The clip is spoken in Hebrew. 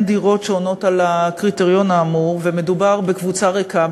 דירות שעונות על הקריטריון האמור ושמדובר בקבוצה ריקה,